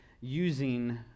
using